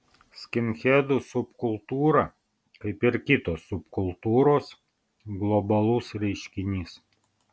skinhedų subkultūra kaip ir kitos subkultūros globalus reiškinys